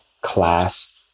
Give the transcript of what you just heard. class